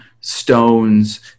stones